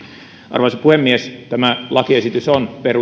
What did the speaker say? arvoisa puhemies tämä lakiesitys on